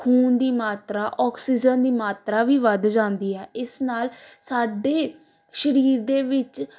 ਖੂਨ ਦੀ ਮਾਤਰਾ ਆਕਸੀਜਨ ਦੀ ਮਾਤਰਾ ਵੀ ਵੱਧ ਜਾਂਦੀ ਹੈ ਇਸ ਨਾਲ ਸਾਡੇ ਸਰੀਰ ਦੇ ਵਿੱਚ